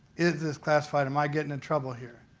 is this classified? am i getting in trouble here?